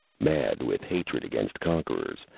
mad with hatred against conquerors,